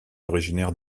originaire